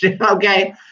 okay